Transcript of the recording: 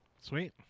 Sweet